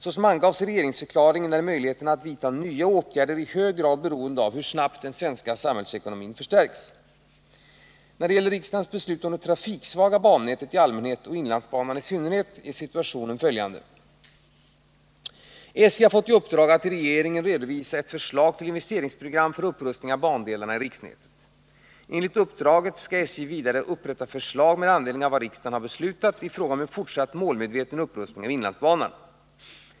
Såsom angavs i regeringsförklaringen är möjligheterna att vidta nya åtgärder i hög grad beroende av hur snabbt den svenska samhällsekonomin förstärks. När det gäller riksdagens beslut om det trafiksvaga bannätet i allmänhet och inlandsbanan i synnerhet är situationen följande. SJ har fått i uppdrag att till regeringen redovisa ett förslag till investeringsprogram för upprustning av bandelarna i riksnätet. Enligt uppdraget skall SJ vidare upprätta förslag med anledning av vad riksdagen har beslutat i fråga om en fortsatt målmedveten upprustning av inlandsbanan.